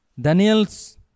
Daniels